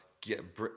get